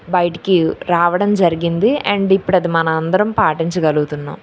బయటకి రావడం జరిగింది అండ్ ఇప్పుడు అది మన అందరం పాటించగలుగుతున్నాము